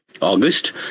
august